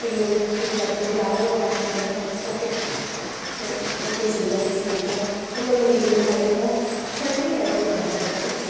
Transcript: അയ്യോ ഇപ്പോൾ പറ്റത്തില്ല അങ്ങനെയൊരു വാക്ക് പറയാതെ ഓക്കേ സോറി ഓക്കേ ചെയ്യാം ശ്രമിക്കാം എന്നുള്ള രീതീൽ ഭയങ്കര ഫ്രണ്ട്ലിയായിട്ടാണ് സംസാരിച്ചത്